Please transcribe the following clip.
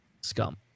Scum